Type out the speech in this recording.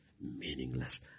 meaningless